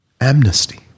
Amnesty